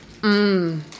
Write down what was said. Mmm